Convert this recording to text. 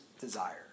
desire